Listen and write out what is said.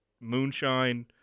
moonshine